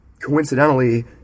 coincidentally